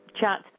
chat